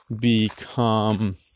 become